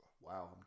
Wow